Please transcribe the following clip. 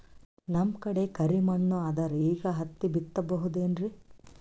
ನಮ್ ಕಡೆ ಕರಿ ಮಣ್ಣು ಅದರಿ, ಈಗ ಹತ್ತಿ ಬಿತ್ತಬಹುದು ಏನ್ರೀ?